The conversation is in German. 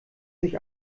sich